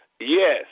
Yes